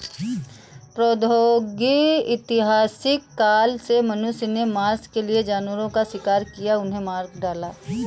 प्रागैतिहासिक काल से मनुष्य ने मांस के लिए जानवरों का शिकार किया, उन्हें मार डाला